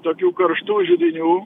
tokių karštų židinių